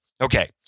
Okay